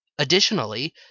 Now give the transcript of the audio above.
Additionally